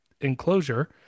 enclosure